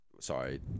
sorry